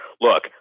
Look